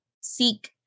seek